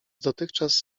dotychczas